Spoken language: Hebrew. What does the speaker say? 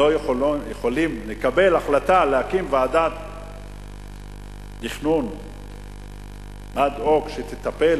לא יכולים לקבל החלטה להקים ועדת תכנון אד-הוק שתטפל